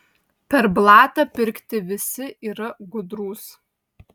per blatą pirkti visi yra gudrūs